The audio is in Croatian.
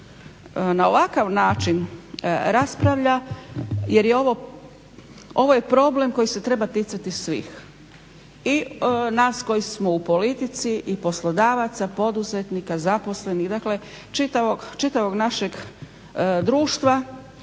na ovakav način raspravlja jer je ovo problem koji se treba ticati svih i nas koji smo u politici i poslodavaca, poduzetnika, zaposlenih dakle čitavog našeg društva.